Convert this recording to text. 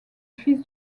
fils